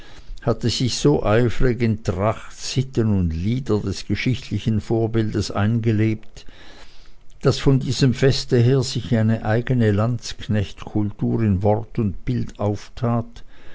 hatte sich so eifrig in tracht sitten und lieder des geschichtlichen vorbildes eingelebt daß von diesem feste her sich eine eigene landsknechtkultur in wort und bild auftat